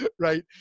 right